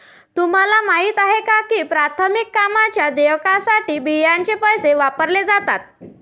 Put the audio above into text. तुम्हाला माहिती आहे का की प्राथमिक कामांच्या देयकासाठी बियांचे पैसे वापरले जातात?